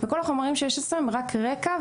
וכל החומרים שיש אצלו הם רק רקע,